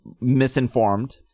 misinformed